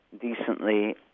decently